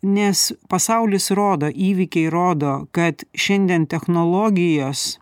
nes pasaulis rodo įvykiai rodo kad šiandien technologijos